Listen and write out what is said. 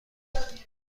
میکنیم